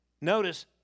notice